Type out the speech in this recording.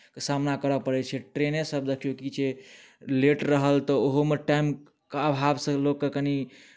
कऽ सामना करय पड़ैत छै ट्रेने सभ देखियौ की छै लेट रहल तऽ ओहोमे टाइमके अभावसँ लोककेँ कनि